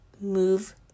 move